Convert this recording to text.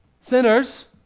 Sinners